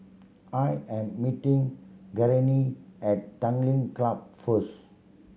I am meeting Gurney at Tanglin Club first